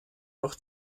noch